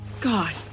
God